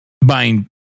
buying